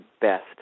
best